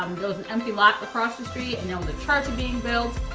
um there was an empty lot across the street, and there was a church being built.